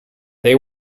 they